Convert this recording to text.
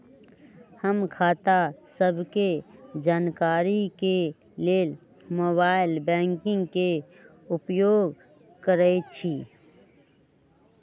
हम खता सभके जानकारी के लेल मोबाइल बैंकिंग के उपयोग करइछी